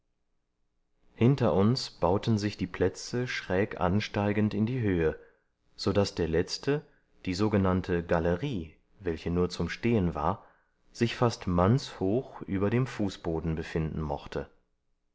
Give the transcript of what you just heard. hinter uns bauten sich die plätze schräg ansteigend in die höhe so daß der letzte die sogenannte galerie welche nur zum stehen war sich fast mannshoch über dem fußboden befinden mochte